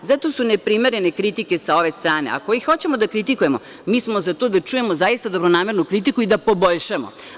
Zato su neprimerene kritike sa ove strane, ako i hoćemo da kritikujemo, mi smo za to da čujemo dobru i dobronamernu kritiku i da poboljšamo.